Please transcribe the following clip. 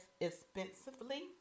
expensively